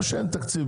לא שאין תקציב,